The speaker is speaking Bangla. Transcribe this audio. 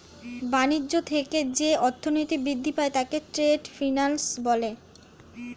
বাণিজ্য থেকে যে অর্থনীতি বৃদ্ধি পায় তাকে ট্রেড ফিন্যান্স বলে